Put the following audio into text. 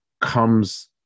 comes